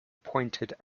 pointed